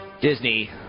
Disney